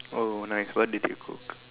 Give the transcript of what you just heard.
oh nice what did you cook